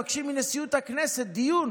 שלושה שבועות אנחנו מבקשים מנשיאות הכנסת דיון